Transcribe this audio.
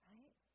Right